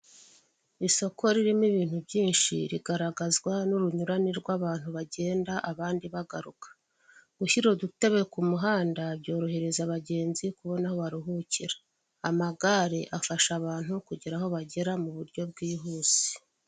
Isoko ririmo ibintu byinshi, rigaragazwa n'urunyurane rw'abantu bagenda abandi bagaruka. Gushyira udutebe ku muhanda byorohereza abagenzi kubona aho baruhukira. Amagare afasha abantu kugera aho bagera mu buryo bwihuse.